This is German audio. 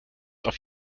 auf